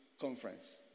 conference